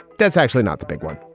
that's actually not the big one.